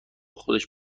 خودش